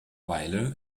weile